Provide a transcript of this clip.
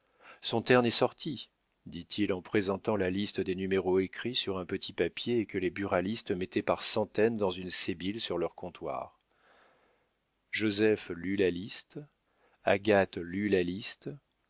son terne est sorti dit-il en présentant la liste des numéros écrits sur un petit papier et que les buralistes mettaient par centaines dans une sébile sur leurs comptoirs joseph lut la liste agathe lut la liste